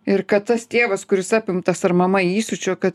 ir kad tas tėvas kuris apimtas ar mama įsiūčio kad